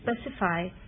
specify